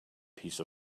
piece